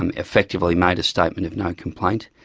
um effectively made a statement of no complaint.